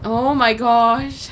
oh my gosh